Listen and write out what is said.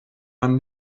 man